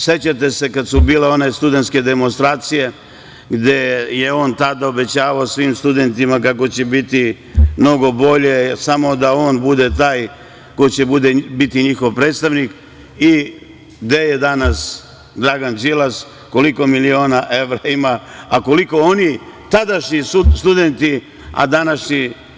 Sećate se kad su bile one studentske demonstracije gde je tada obećavao svim studentima kako će biti mnogo bolje samo da on bude taj koji će biti njihov predstavnik i gde je danas Dragan Đilas, koliko miliona evra ima, a koliko oni tadašnji studenti a današnji…